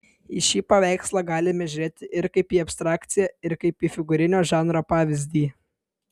į šį paveikslą galime žiūrėti ir kaip į abstrakciją ir kaip į figūrinio žanro pavyzdį